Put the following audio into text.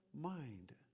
mind